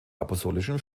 apostolischen